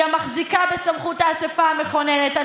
היא המחזיקה בסמכות האספה המכוננת.